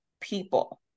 people